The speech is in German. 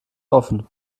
offen